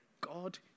God